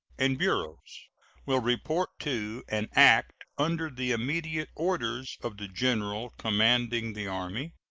and bureaus will report to and act under the immediate orders of the general commanding the army.